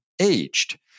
aged